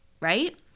right